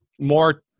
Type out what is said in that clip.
more